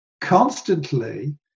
Constantly